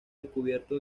descubierto